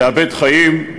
לאבד חיים,